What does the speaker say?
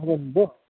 राम्रो